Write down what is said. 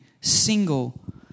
single